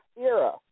era